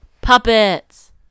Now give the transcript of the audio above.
Puppets